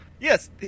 Yes